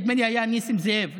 נדמה לי שזה היה נסים זאב,